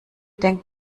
denkt